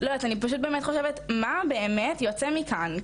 לא יודעת, אני פשוט באמת חושבת מה באמת יוצא מכאן?